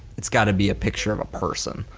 it's gotta be a picture of a person.